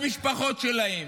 למשפחות שלהם,